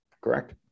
correct